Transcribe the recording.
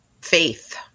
faith